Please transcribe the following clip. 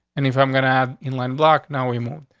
and if i'm gonna have inland block now, we moved.